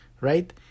right